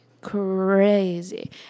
crazy